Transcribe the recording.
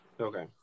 okay